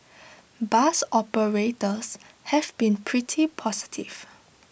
bus operators have been pretty positive